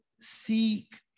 seek